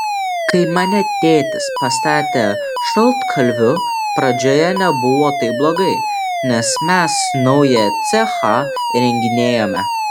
kai mane tėtis pastatė šaltkalviu pradžioje nebuvo taip blogai nes mes naują cechą įrenginėjome